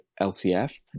LCF